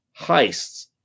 heists